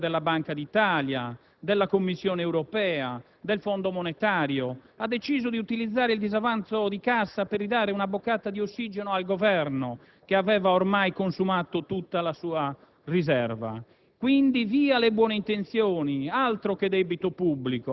Prodi, infischiandosene dei moniti del Governatore della Banca d'Italia, della Commissione europea, del Fondo Monetario Internazionale, ha deciso di utilizzare il disavanzo di cassa per ridare una boccata di ossigeno al Governo che aveva ormai consumato tutta la sua riserva.